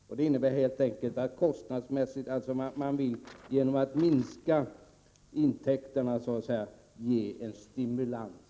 Man vill helt enkelt genom att minska intäkterna så att säga ge en stimulans.